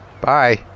Bye